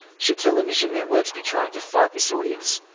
should television networks be trying to fight this audience,